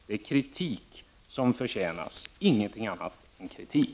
Det är kritik som förtjänas, ingenting annnat än kritik.